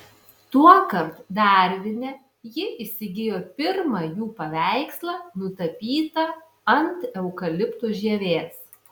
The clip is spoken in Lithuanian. tuokart darvine ji įsigijo pirmą jų paveikslą nutapytą ant eukalipto žievės